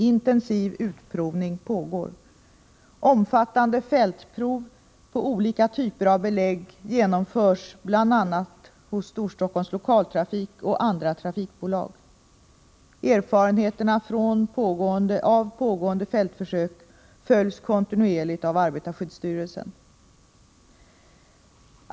Intensiv utprovning pågår. Omfattande fältprov på olika typer av belägg genomförs bl.a. hos Storstockholms Lokaltrafik och andra trafikbolag. Erfarenheterna av pågående fältförsök följs kontinuerligt av arbetarskyddsstyrelsen.